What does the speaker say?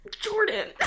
Jordan